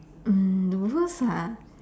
mm the worse ah